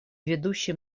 ведущей